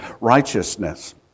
righteousness